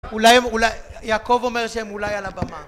אולי הם אולי יעקב אומר שהם אולי על הבמה